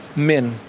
men.